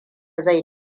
zai